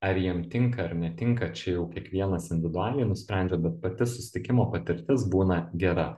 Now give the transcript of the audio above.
ar jiem tinka ar netinka čia jau kiekvienas individualiai nusprendžia bet pati susitikimo patirtis būna gera